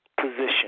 position